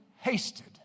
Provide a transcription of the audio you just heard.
hasted